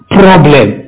problem